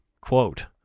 Quote